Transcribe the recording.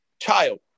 child